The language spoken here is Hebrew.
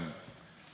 גם,